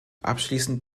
abschließend